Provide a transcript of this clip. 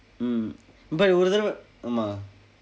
mm but it wasn't ஆமாம்:aamaam